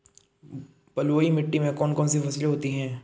बलुई मिट्टी में कौन कौन सी फसलें होती हैं?